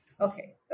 okay